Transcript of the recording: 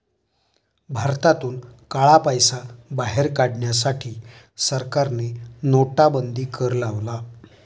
भारतातून काळा पैसा बाहेर काढण्यासाठी सरकारने नोटाबंदी कर लावला